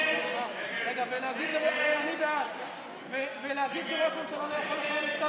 צינון למינוי היועץ המשפטי לממשלה או